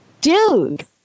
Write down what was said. dude